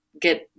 get